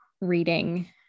reading